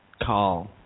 call